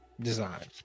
design